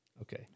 Okay